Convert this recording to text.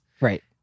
Right